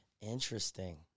Interesting